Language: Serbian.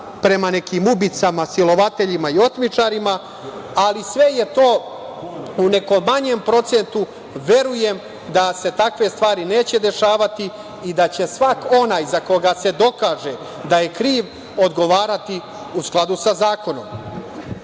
prema nekim ubicama, silovateljima i otmičarima. Sve je to u nekom manjem procentu. Verujem da se takve stvari neće dešavati i da će svako onaj za koga se dokaže da je kriv, odgovarati u skladu sa zakonom. Mi